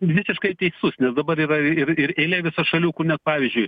visiškai teisus nes dabar yra ir ir eilė visa šalių kur net pavyzdžiui